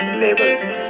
labels